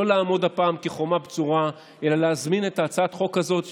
לא לעמוד הפעם כחומה בצורה אלא להזמין את הצעת חוק הזאת,